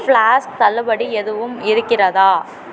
flask தள்ளுபடி எதுவும் இருக்கிறதா